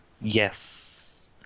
yes